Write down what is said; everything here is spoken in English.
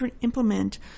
implement